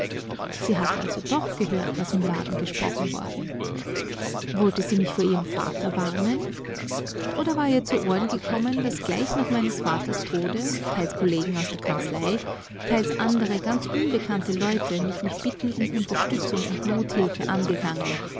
sie hatte also doch gehört was im laden gesprochen worden wollte sie mich vor ihrem vater warnen oder war ihr zu ohren gekommen daß gleich nach meines vaters tode teils kollegen aus der kanzlei teils andere ganz unbekannte leute mich mit bitten um unterstützung und nothilfe angegangen